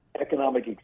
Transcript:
economic